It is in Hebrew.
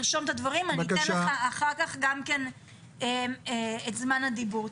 תרשום את הדברים אני אתן לך אחר כך גם כן את זמן הדיבור.